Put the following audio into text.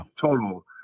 total